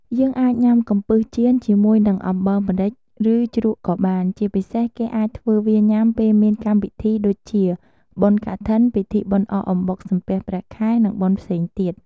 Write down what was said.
យើងអាចញុាំកំពឹសចៀនជាមួយនឹងអំបិលម្រេច ឬជ្រក់ក៏បាន ជាពិសេសគេអាចធ្វើវាញុាំពេលមានកម្មវិធីដូចជា បុណ្យកឋិន ពិធីបុណ្យអកអំបុកសំពះព្រះខែ និងបុណ្យផ្សេងៗ។